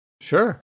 Sure